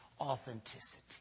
Authenticity